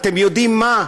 אתם יודעים מה,